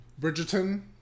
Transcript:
Bridgerton